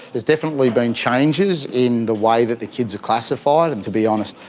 there's definitely been changes in the way that the kids are classified, and to be honest,